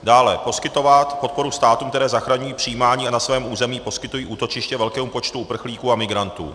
Dále, poskytovat podporu státům, které zachraňují, přijímají a na svém území poskytují útočiště velkému počtu uprchlíků a migrantů.